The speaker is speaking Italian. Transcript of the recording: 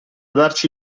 darci